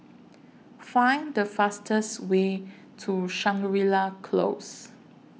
Find The fastest Way to Shangri La Close